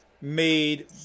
made